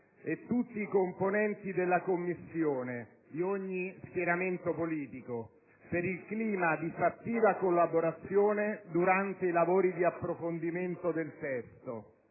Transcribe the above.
e tutti i componenti della Commissione di ogni schieramento politico per il clima di fattiva collaborazione durante i lavori di approfondimento del testo.